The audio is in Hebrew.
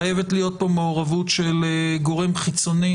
חייבת להיות פה מעורבות של גורם חיצוני